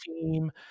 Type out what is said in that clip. team